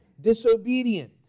disobedient